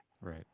Right